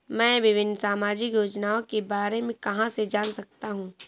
मैं विभिन्न सामाजिक योजनाओं के बारे में कहां से जान सकता हूं?